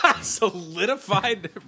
Solidified